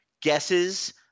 guesses